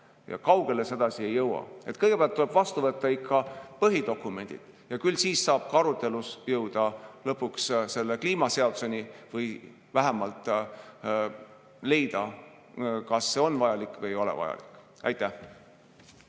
ja kaugele sedasi ei jõua." Kõigepealt tuleb vastu võtta ikka põhidokumendid, küll siis saab arutelus jõuda lõpuks ka selle kliimaseaduseni või vähemalt leida, kas see on vajalik või ei ole vajalik. Aitäh!